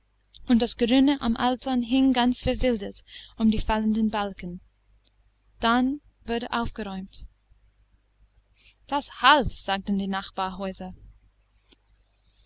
und das grüne am altan hing ganz verwildert um die fallenden balken dann wurde aufgeräumt das half sagten die